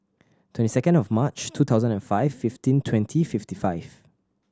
twenty second of March two thousand and five fifteen twenty fifty five